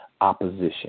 opposition